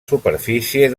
superfície